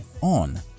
on